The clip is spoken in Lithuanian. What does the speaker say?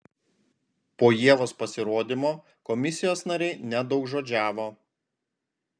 po ievos pasirodymo komisijos nariai nedaugžodžiavo